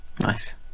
Nice